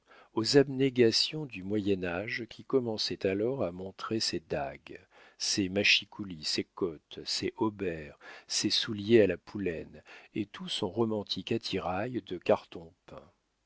aux abnégations du moyen âge qui commençait alors à montrer ses dagues ses machicoulis ses cottes ses hauberts ses souliers à la poulaine et tout son romantique attirail de